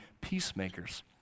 peacemakers